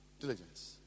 Diligence